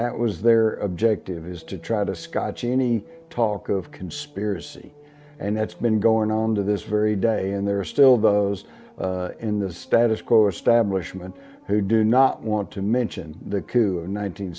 that was their objective is to try to scotch any talk of conspiracy and that's been going on to this very day and there are still those in the status quo establishment who do not want to mention the coup in